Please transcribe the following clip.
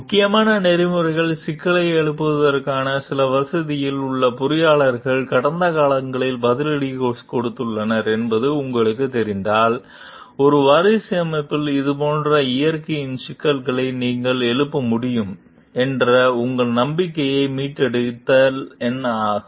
முக்கியமான நெறிமுறை சிக்கல்களை எழுப்பியதற்காக சில வசதியில் உள்ள பொறியியலாளர்கள் கடந்த காலங்களில் பதிலடி கொடுத்துள்ளனர் என்பது உங்களுக்குத் தெரிந்தால் ஒரு வாரிசு அமைப்பில் இதேபோன்ற இயற்கையின் சிக்கல்களை நீங்கள் எழுப்ப முடியும் என்ற உங்கள் நம்பிக்கையை மீட்டெடுக்க என்ன ஆகும்